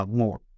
more